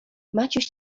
maciuś